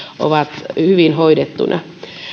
ovat hyvin hoidettuina